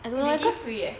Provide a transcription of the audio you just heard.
they give free eh